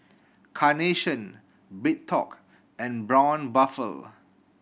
Carnation BreadTalk and Braun Buffel